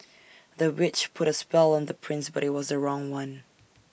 the witch put A spell on the prince but IT was the wrong one